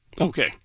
Okay